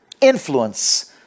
influence